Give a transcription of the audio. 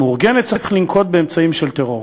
המאורגנת צריך לנקוט אמצעים של לחימה בטרור.